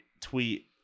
tweet